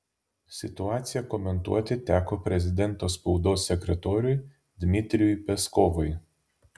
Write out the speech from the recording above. situaciją komentuoti teko prezidento spaudos sekretoriui dmitrijui peskovui